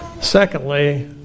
Secondly